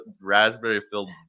raspberry-filled